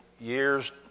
years